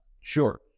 Sure